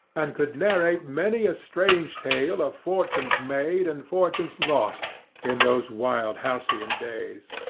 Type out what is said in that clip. and could narrate many a strange tale of fortunes made and fortunes lost in those wild, halcyon days.